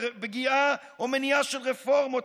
לפגיעה או מניעה של רפורמות,